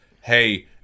hey